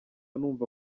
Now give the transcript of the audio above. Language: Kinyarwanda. numva